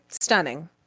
stunning